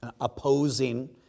opposing